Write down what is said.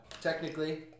technically